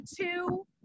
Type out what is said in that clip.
two